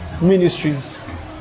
ministries